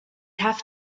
have